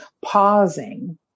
pausing